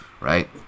right